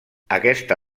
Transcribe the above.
aquesta